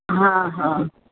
हा हा